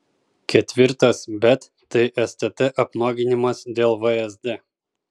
ketvirtas bet tai stt apnuoginimas dėl vsd